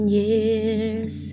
years